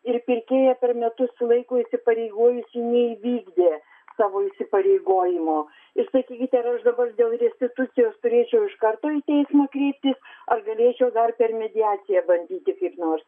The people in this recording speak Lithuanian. ir pirkėja per metus laiko įsipareigojusi neįvykdė savo įsipareigojimo ir sakykite aš dabar dėl restitucijos turėčiau iš karto į teismą kreiptis ar galėčiau dar per mediaciją bandyti kaip nors